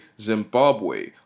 Zimbabwe